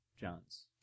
John's